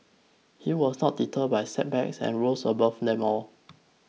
he was not deterred by setbacks and rose above them all